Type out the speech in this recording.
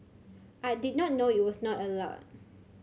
I did not know it was not allowed